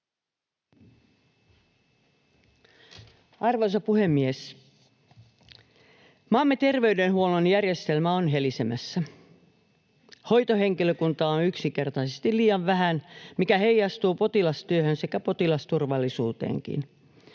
Arvoisa puhemies! Maamme terveydenhuollon järjestelmä on helisemässä. Hoitohenkilökuntaa on yksinkertaisesti liian vähän, mikä heijastuu potilastyöhön sekä potilasturvallisuuteenkin.